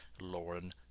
Lauren